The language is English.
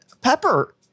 pepper